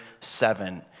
seven